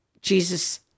Jesus